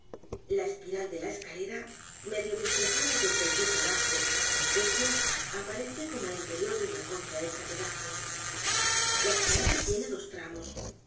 la espiral de la escalera medio destrozada desde el piso bajo hasta el techo aparece como el interior de una concha hecha pedazos la escalera tiene dos tramos